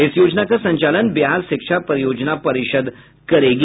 इस योजना का संचालन बिहार शिक्षा परियोजना परिषद करेगी